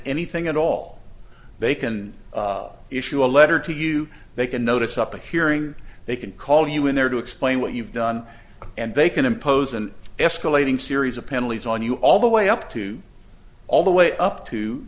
anything at all they can issue a letter to you they can notice up to hearing they can call you in there to explain what you've done and they can impose an escalating series of penalties on you all the way up to all the way up to